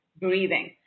breathing